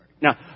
Now